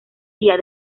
día